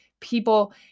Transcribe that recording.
people